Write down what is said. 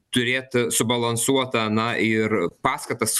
turėt subalansuotą na ir paskatas